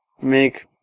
make